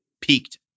peaked